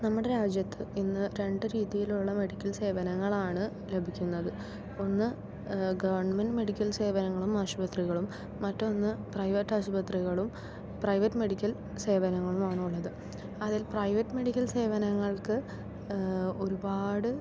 നമ്മുടെ രാജ്യത്ത് ഇന്ന് രണ്ട് രീതിയിലുള്ള മെഡിക്കൽ സേവനങ്ങളാണ് ലഭിക്കുന്നത് ഒന്ന് ഗവൺമെൻറ് മെഡിക്കൽ സേവനങ്ങളും ആശുപത്രികളും മറ്റൊന്ന് പ്രൈവറ്റ് ആശുപത്രികളും പ്രൈവറ്റ് മെഡിക്കൽ സേവനങ്ങളുമാണ് ഉള്ളത് അതിൽ പ്രൈവറ്റ് മെഡിക്കൽ സേവനങ്ങൾക്ക് ഒരുപാട്